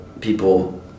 people